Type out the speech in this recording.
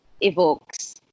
evokes